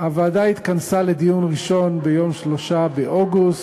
הוועדה התכנסה לדיון ראשון ביום 3 באוגוסט.